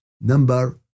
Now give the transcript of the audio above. number